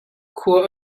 khua